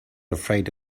afraid